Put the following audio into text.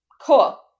Cool